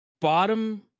Bottom